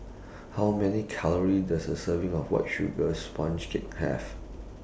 How Many Calories Does A Serving of White Sugar Sponge Cake Have